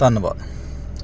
ਧੰਨਵਾਦ